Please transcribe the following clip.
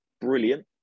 brilliant